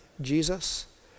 Jesus